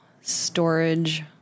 Storage